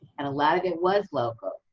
and a lot of it was local.